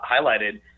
highlighted